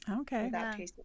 okay